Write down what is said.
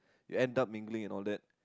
you end up mingling and all that